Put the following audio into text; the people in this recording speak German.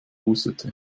hustete